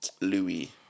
Louis